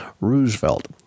Roosevelt